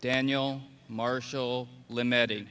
daniel marshall limited